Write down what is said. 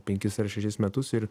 penkis ar šešis metus ir